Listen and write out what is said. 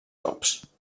cops